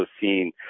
seen